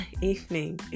evening